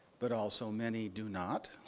but also many do not,